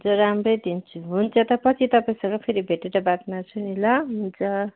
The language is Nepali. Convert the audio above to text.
हजुर राम्रै दिन्छु हुन्छ त पछि तपाईँसँग फेरि भेटेर बात मार्छु नि ल हुन्छ